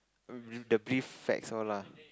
the prefects all lah